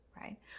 right